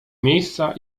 miejsca